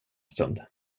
stund